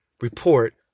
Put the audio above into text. report